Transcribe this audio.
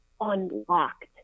unlocked